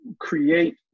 create